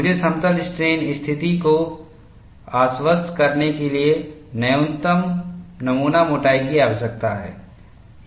मुझे समतल स्ट्रेन स्थिति को आश्वस्त करने के लिए न्यूनतम नमूना मोटाई की आवश्यकता है